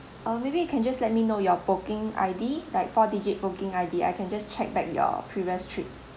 uh maybe you can just let me know your booking I_D like four digit booking I_D I can just check back your previous trip